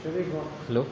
hello